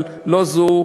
אבל לא זו,